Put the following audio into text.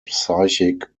psychic